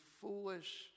foolish